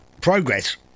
Progress